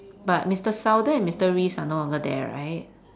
but mister sauder and mister reese are no longer there right